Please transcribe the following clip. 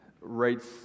writes